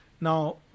Now